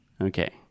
Okay